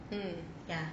mm